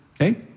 Okay